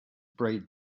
braid